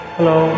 Hello